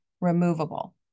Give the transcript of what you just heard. removable